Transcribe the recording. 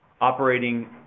operating